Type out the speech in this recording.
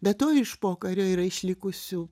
be to iš pokario yra išlikusių